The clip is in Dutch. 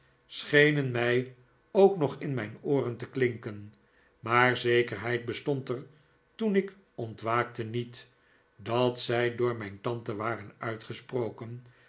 schenen mij ook nog in mijn ooren te klinken maar zekerheid bestond er toen ik ontwaakte niet dat zij door mijn tante waren uitgesproken